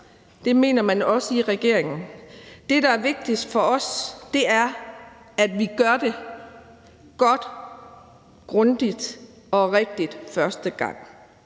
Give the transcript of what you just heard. Det mener man også i regeringen. Det, der er vigtigst for os, er, at vi gør det godt, grundigt og rigtigt første gang.